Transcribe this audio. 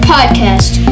Podcast